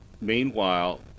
meanwhile